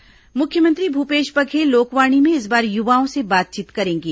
लोकवाणी मुख्यमंत्री भूपेश बघेल लोकवाणी में इस बार युवाओं से बातचीत करेंगे